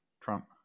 trump